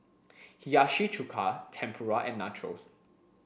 Hiyashi Chuka Tempura and Nachos